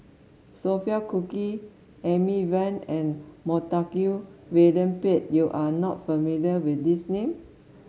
Sophia Cooke Amy Van and Montague William Pett you are not familiar with these name